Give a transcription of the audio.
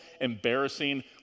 embarrassing